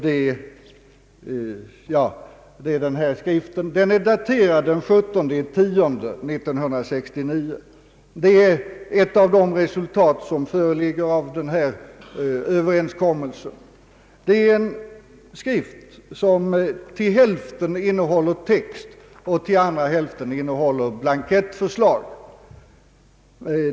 Dessa riktlinjer finns i en skrift som till hälften innehåller text, medan den andra hälften utgörs av blankettförslag.